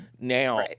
Now